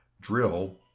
drill